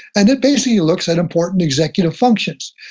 and it basically looks at important executive functions,